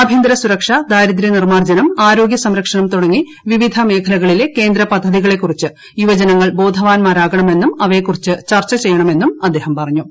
ആഭ്യന്തര സുരക്ഷ ദാരിദ്ര്യ നിർമ്മാർജ്ജനം ആരോഗ്യ സംരക്ഷണം തുടങ്ങി വിവിധ മേഖലകളിലെ കേന്ദ്ര പദ്ധതികളെ കുറിച്ച് യുവജനങ്ങൾ ബോധവാൻമാരാകണമെന്നും അവയെക്കുറിച്ച് ചർച്ച ചെയ്യണമെന്നും അദ്ദേഹം പറഞ്ഞു